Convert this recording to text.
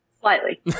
Slightly